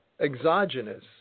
exogenous